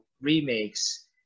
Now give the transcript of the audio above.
remakes